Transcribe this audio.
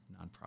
nonprofit